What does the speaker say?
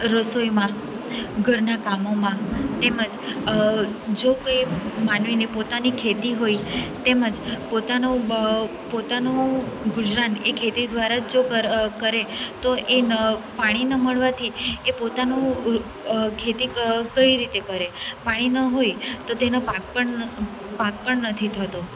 રસોઈમાં ઘરનાં કામોમાં તેમ જ જો કોઈ માનવીની પોતાની ખેતી હોય તેમજ પોતાનું પોતાનું ગુજરાન એ ખેતી દ્વારા જ જો કરે તો એ ન પાણી ન મળવાથી એ પોતાનું ખેતી કઈ રીતે કરે પાણી ન હોય તો તેનો પાક પણ પાક પણ નથી થતો